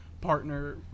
partner